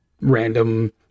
random